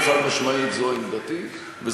תשנה את החוק, אדוני.